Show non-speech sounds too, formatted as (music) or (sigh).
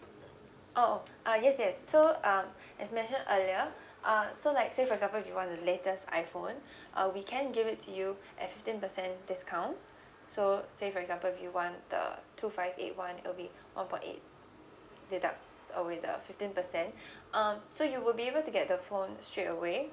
oh uh yes yes so um (breath) as mentioned earlier (breath) uh so like say for example if you want the latest iphone (breath) uh we can give it to you (breath) at fifteen percent discount (breath) so say for example if you want the two five eight one it'll be (breath) one point eight deduct uh with a fifteen percent (breath) um so you will be able to get the phone straight away